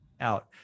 out